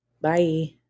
Bye